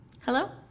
Hello